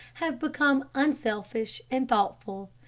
have become unselfish and thoughtful.